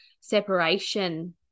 separation